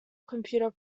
computer